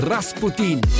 Rasputin